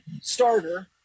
starter